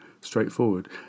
straightforward